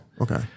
Okay